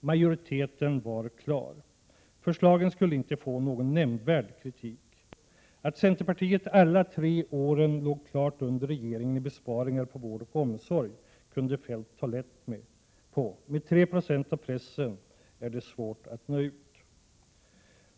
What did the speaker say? Majoriteten var klar — förslagen skulle inte få någon nämnvärd kritik. Att centerpartiet alla tre åren låg klart under regeringen när det gäller besparingar inom vård och omsorg kunde Feldt ta lätt på med 3 96 av pressen är det svårt att nå ut med information.